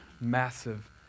massive